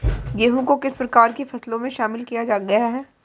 गेहूँ को किस प्रकार की फसलों में शामिल किया गया है?